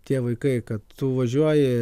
tie vaikai kad tu važiuoji